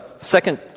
second